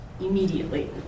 immediately